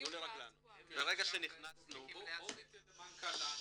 נשמע גם מנציג הביטוח הלאומי.